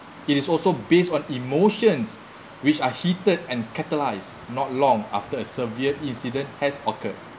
it is also based on emotions which are heated and catalyze not long after a severe incident has occurred